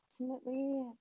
ultimately